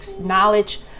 knowledge